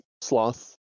sloth